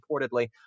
reportedly